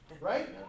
right